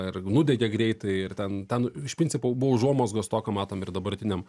ar nudegė greitai ir ten ten iš principo buvo užuomazgos to ką matom ir dabartiniam